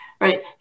Right